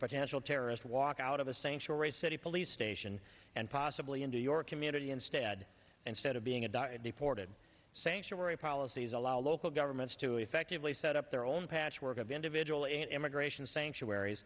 potential terrorist walk out of a sanctuary city police station and possibly into your community instead instead of being a diet deported sanctuary policies allow local governments to effectively set up their own patchwork of individual and immigration sanctuar